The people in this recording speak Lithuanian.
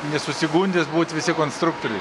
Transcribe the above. nesusigundys būt visi konstruktoriais